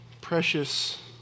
precious